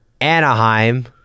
Anaheim